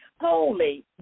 holy